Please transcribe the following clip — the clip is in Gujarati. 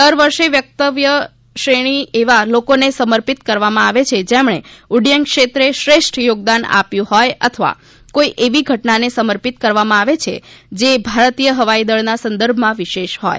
દર વર્ષે વક્તવ્ય શ્રેણી એવા લોકોને સમર્પિત કરવામાં આવે છે જેમણે ઉફયન ક્ષેત્રે શ્રેષ્ઠ યોગદાન આપ્યું હોય અથવા કોઇ એવી ઘટનાને સમર્પિત કરવામાં આવે છે જે ભારતીય હવાઇદળના સંદર્ભમાં વિશેષ હોય